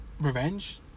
Revenge